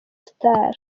star